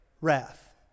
wrath